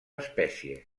espècie